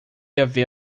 haver